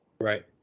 Right